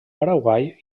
paraguai